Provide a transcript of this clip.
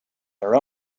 their